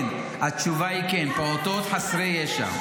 כן, התשובה היא כן, פעוטות חסרי ישע.